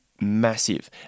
massive